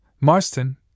Marston